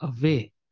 away